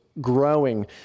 growing